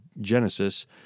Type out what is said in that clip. Genesis